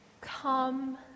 Come